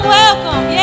welcome